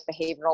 behavioral